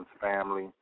family